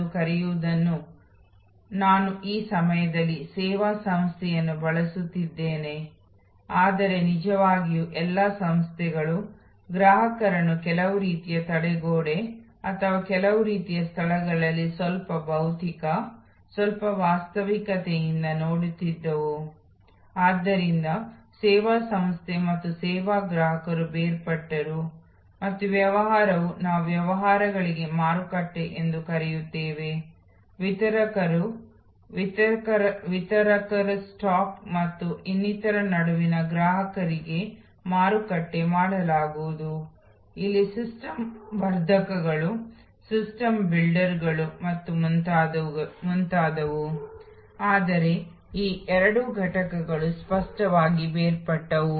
ಆದ್ದರಿಂದ ನಾವು ಹೊಸ ಸೇವಾ ರಚನೆಯನ್ನು ನೋಡುತ್ತಿದ್ದೇವೆ ನಾವು ಈ ಮುಂಚೆ ಚರ್ಚಿಸಿದ ಹಾಗೆ ಆ ಲಂಬವಾದ ನಗರ ತೋಟಗಾರಿಕೆ ಸೇವೆ ಅಥವಾ ಕಸದಿಂದ ತಯಾರಿಸಿದ ಆಭರಣಗಳು ಸೇವಾ ಮಟ್ಟದ ವರ್ಧನೆಯಾಗಿ ಸೃಷ್ಟಿ ಚಿಂದಿ ಆಯ್ದುಕೊಳ್ಳುವವರಿಗೆ ಆದಾಯ ಮಟ್ಟದ ವರ್ಧನೆ ಕುರಿತು ನಾವು ಮಾತನಾಡಿದ್ದನ್ನು ನೀವು ನೆನಪಿಸಿಕೊಂಡರೆ